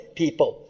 people